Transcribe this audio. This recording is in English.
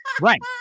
Right